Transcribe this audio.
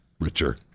richer